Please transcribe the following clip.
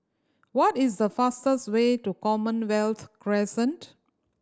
what is the fastest way to Commonwealth Crescent